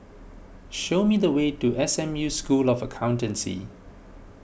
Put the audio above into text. show me the way to S M U School of Accountancy